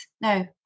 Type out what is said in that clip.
No